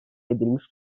edilmiş